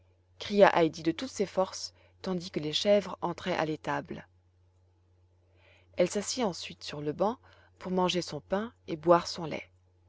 cria heidi de toutes ses forces tandis que les chèvres entraient à l'étable elle s'assit ensuite sur le banc pour manger son pain et boire son lait